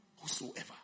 Whosoever